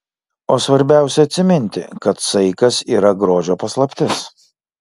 o svarbiausia atsiminti kad saikas yra grožio paslaptis